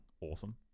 awesome